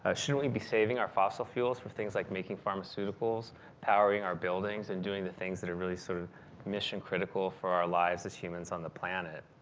ah shouldn't we be saving our fossil fuels for things like making pharmaceuticals powering our buildings and doing the things that are really sort of mission critical for our lives as humans on the planet.